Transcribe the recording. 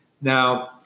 Now